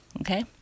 Okay